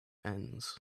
ends